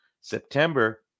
september